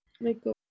makeup